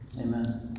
amen